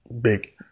big